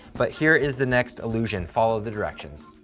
but here is the next illusion follow the directions.